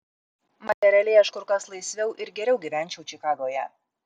materialiai aš kur kas laisviau ir geriau gyvenčiau čikagoje